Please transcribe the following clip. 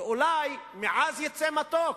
ואולי מעז יצא מתוק.